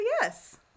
yes